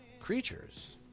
creatures